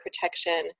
protection